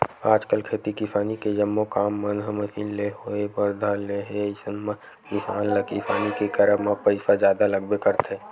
आजकल खेती किसानी के जम्मो काम मन ह मसीन ले होय बर धर ले हे अइसन म किसान ल किसानी के करब म पइसा जादा लगबे करथे